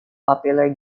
popular